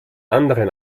anderen